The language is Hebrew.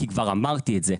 כי כבר אמרתי את זה,